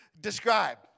describe